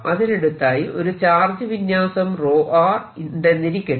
അതിനടുത്തായി ഒരു ചാർജ് വിന്യാസം ഉണ്ടെന്നിരിക്കട്ടെ